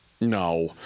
No